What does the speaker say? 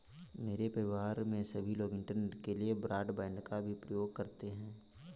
मेरे परिवार में सभी लोग इंटरनेट के लिए ब्रॉडबैंड का भी प्रयोग करते हैं